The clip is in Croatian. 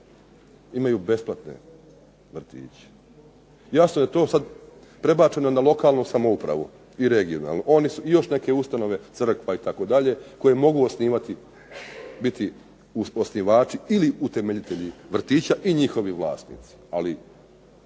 imaju besplatne vrtiće. Jasno je to sad prebačeno na lokalnu samoupravu i regionalnu i još neke ustanove, crkva itd. koje mogu biti osnivači ili utemeljitelji vrtića i njihovi vlasnici